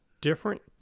different